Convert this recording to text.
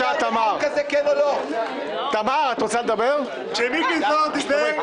-- -מיקי זוהר חזר.